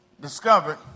discovered